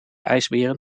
ijsberen